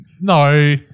No